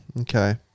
Okay